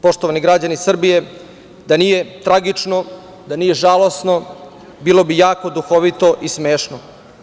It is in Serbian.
Poštovani građani Srbije, da nije tragično, da nije žalosno, bilo bi jako duhovito i smešno.